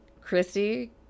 Christy